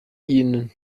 ihnen